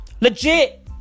Legit